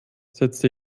setzte